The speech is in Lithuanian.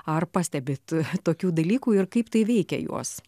ar pastebit tokių dalykų ir kaip tai veikia juos